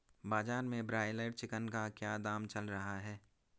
बाजार में broiler chicken का क्या दाम चल रहा है?